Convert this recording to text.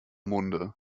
munde